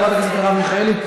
לחברת הכנסת מרב מיכאלי?